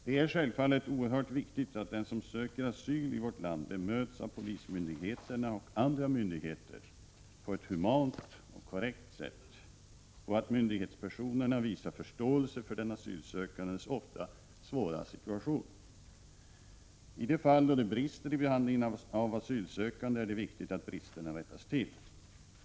Det är självfallet oerhört viktigt att den som söker asyl i vårt land bemöts av polismyndigheterna — och andra myndigheter — på ett humant och korrekt sätt och att myndighetspersonerna visar förståelse för den asylsökandes ofta svåra situation. I de fall då det brister i behandlingen av asylsökande är det viktigt att bristerna rättas till.